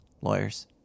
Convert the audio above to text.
lawyers